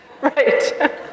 Right